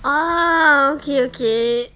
ah okay okay